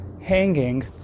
hanging